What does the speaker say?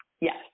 Yes